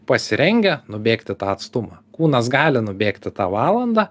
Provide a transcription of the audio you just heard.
pasirengę nubėgti tą atstumą kūnas gali nubėgti tą valandą